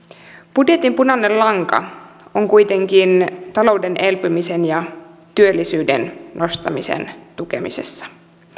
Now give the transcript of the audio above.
budjetin punainen lanka on kuitenkin talouden elpymisen ja työllisyyden nostamisen tukemisessa